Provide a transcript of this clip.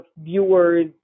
viewers